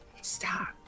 stop